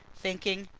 thinking,